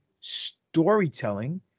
storytelling